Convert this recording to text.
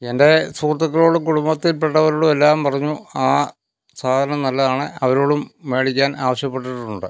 എൻ്റെ സുഹൃത്തുക്കളോടും കുടുംബത്തിൽ പെട്ടവരോടും എല്ലാം പറഞ്ഞു ആ സാധനം നല്ലതാണ് അവരോടും മേടിക്കാൻ ആവശ്യപ്പെട്ടിട്ടുണ്ട്